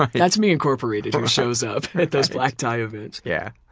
um that's me, incorporated who shows up at those black tie events. yeah.